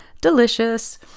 delicious